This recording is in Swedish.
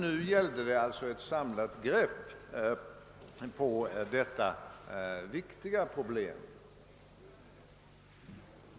Det gäller nu att få ett samlat grepp om detta viktiga forskningsproblem.